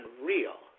unreal